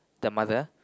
the mother